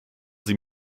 sie